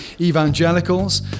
Evangelicals